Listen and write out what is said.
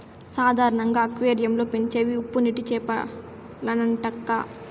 సాధారణంగా అక్వేరియం లో పెంచేవి ఉప్పునీటి చేపలేనంటక్కా